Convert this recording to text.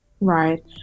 right